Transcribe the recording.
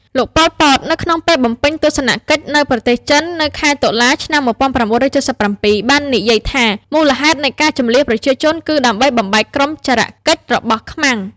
លោក ប៉ុល ពត នៅក្នុងពេលបំពេញទស្សនកិច្ចនៅប្រទេសចិននៅខែតុលា ឆ្នាំ ១៩៧៧ បាននិយាយថា មូលហេតុនៃការជម្លៀសប្រជាជនគឺដើម្បីបំបែកក្រុមចារកិច្ចរបស់ខ្មាំង។